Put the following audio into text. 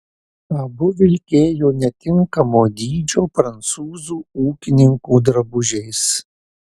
abu vilkėjo netinkamo dydžio prancūzų ūkininkų drabužiais